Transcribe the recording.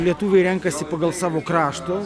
lietuviai renkasi pagal savo krašto